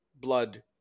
blood